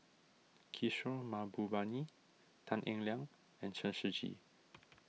Kishore Mahbubani Tan Eng Liang and Chen Shiji